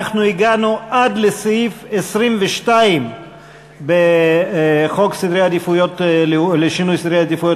אנחנו הגענו עד סעיף 22 בהצעת חוק לשינוי סדרי עדיפויות